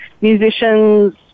musicians